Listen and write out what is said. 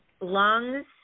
lungs